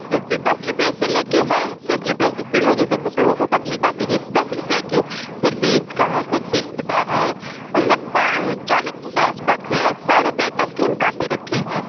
जैसे दस रुपये से लेकर है दस रुपये से शुरू है जैसे कुछ लोगों को पतली काँपी चाही दस रुपये के फिर बीस का है फिर तीस का है मतलब पा चालीस पचास तक है सौ रुपये तक की हम काँपी रखे हैं